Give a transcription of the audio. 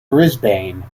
brisbane